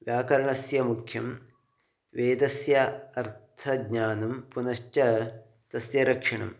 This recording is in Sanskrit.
व्याकरणस्य मुख्यं वेदस्य अर्थज्ञानं पुनश्च तस्य रक्षणं